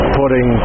putting